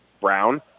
Brown